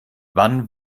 wann